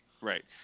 right